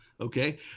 Okay